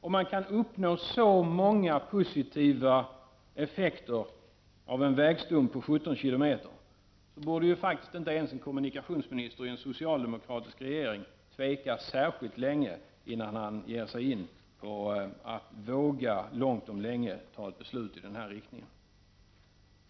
Om man kan uppnå så många positiva effekter genom att bygga en vägstump på 17 km, borde faktiskt inte ens en kommunikationsminister i en socialdemokratisk regering tveka särskilt länge innan han vågar fatta ett beslut i den riktningen.